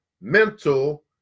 mental